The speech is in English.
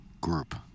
group